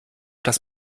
das